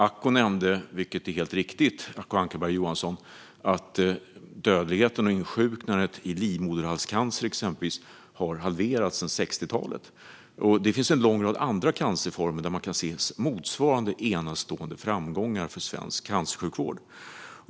Acko Ankarberg Johansson nämnde helt riktigt att dödligheten och insjuknandet i livmoderhalscancer har halverats sedan 60-talet, och det finns en lång rad andra cancerformer där man kan se motsvarande enastående framgångar för svensk cancersjukvård.